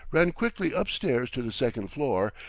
ran quickly up-stairs to the second floor,